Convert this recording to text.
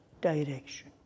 direction